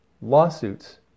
lawsuits